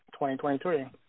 2023